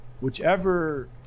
whichever